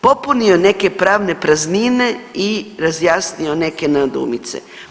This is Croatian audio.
Popunio neke pravne praznine i razjasnio neke nedoumice.